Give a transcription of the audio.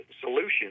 solutions